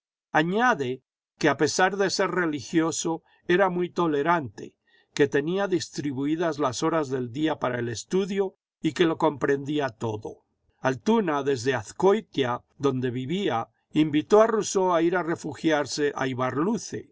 añade que a pesar de ser religioso era muy tolerante que tenía distribuidas las horas del día para el estudio y que lo comprendía todo altuna desde azcoitia donde vivía invitó a rousseau a ir a refugiarse